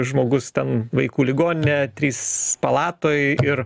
žmogus ten vaikų ligoninėje trys palatoj ir